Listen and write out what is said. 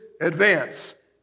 advance